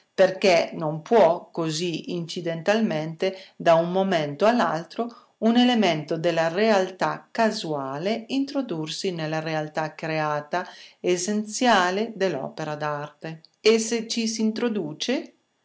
perché non può così incidentalmente da un momento all'altro un elemento della realtà casuale introdursi nella realtà creata essenziale dell'opera d'arte e se ci s'introduce